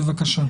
בבקשה.